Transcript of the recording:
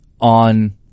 on